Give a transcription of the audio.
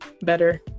better